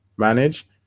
Manage